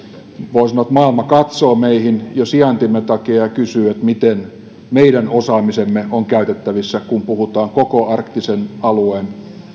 sanoa että maailma katsoo meihin jo sijaintimme takia ja kysyy miten meidän osaamisemme on käytettävissä kun puhutaan koko arktisen alueen